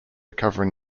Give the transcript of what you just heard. covering